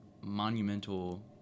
monumental